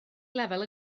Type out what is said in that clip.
lefel